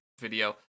video